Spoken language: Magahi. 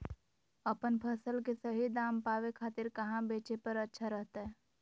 अपन फसल के सही दाम पावे खातिर कहां बेचे पर अच्छा रहतय?